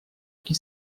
qui